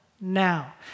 now